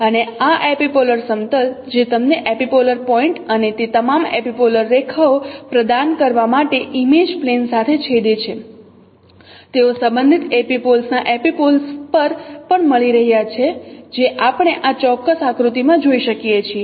અને આ એપિપોલર સમતલ જે તમને એપિપોલર પોઇન્ટ અને તે તમામ એપિપોલર રેખાઓ પ્રદાન કરવા માટે ઇમેજ પ્લેન સાથે છેદે છે તેઓ સંબંધિત એપિપોલ્સના એપિપોલ્સ પર પણ મળી રહ્યા છે જે આપણે આ ચોક્કસ આકૃતિમાં જોઈ શકીએ છીએ